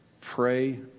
pray